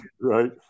right